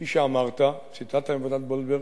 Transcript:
כפי שאמרת, ציטטת מוועדת-גולדברג,